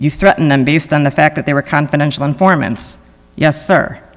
you threatened them based on the fact that they were confidential informants yes sir